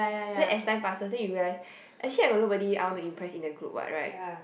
then as time passes then you realise actually I got nobody I want to impress in the group what right